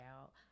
out